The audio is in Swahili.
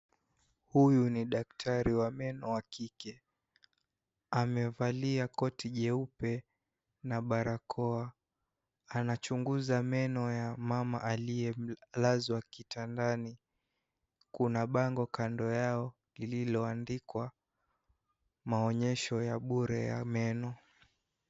Huyu ni daktari wa meno wa kike. Amevalia koti jeupe na barakoa. Anachunguza meno ya mama aliyelazwa kitandani. Kuna bango kando yao lililoandikwa maonyesho ya bure ya meno.